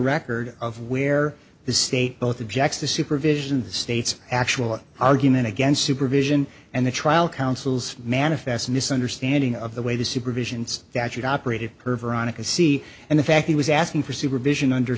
record of where the state both objects the supervision the state's actual argument against supervision and the trial counsel's manifest misunderstanding of the way the supervisions that it operated her veronica see and the fact he was asking for supervision under